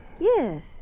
Yes